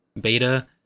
beta